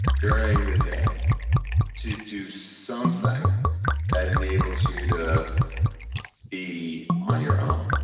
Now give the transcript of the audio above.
during the day to do something that enables you to be on your own.